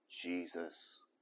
Jesus